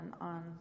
on